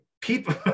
People